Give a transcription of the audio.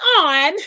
on